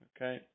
Okay